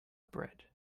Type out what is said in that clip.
bread